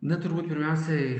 na turbūt pirmiausiai